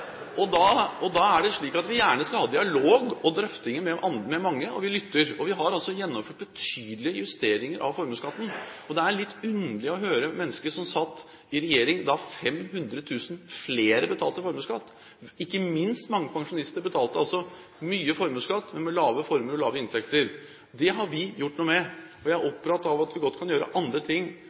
landet! Da er det slik at vi gjerne skal ha dialog og drøftinger med mange, og vi lytter. Vi har altså gjennomført betydelige justeringer av formuesskatten. Det er litt underlig å høre mennesker som satt i regjering da 500 000 flere betalte formuesskatt, og ikke minst mange pensjonister betalte mye formuesskatt med lave formuer og lave inntekter. Det har vi gjort noe med, og jeg er opptatt av at vi godt kan gjøre andre ting,